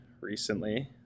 recently